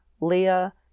Leah